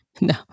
No